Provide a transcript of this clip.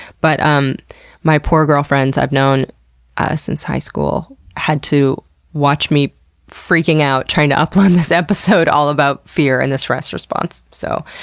but um my poor girlfriends i've known ah since high school had to watch me freaking out trying to upload this episode all about fear and the stress response. so,